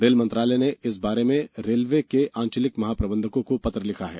rail मंत्रालय ने इस बारे में रेलवे के आंचलिक महाप्रबंधकों को पत्र लिखा है